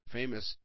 famous